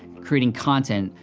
creating content,